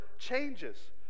changes